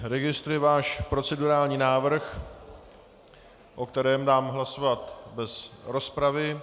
Registruji váš procedurální návrh, o kterém dám hlasovat bez rozpravy.